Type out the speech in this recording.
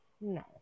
no